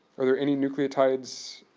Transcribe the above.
are there any nucleotides.